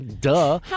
duh